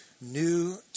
new